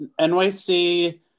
NYC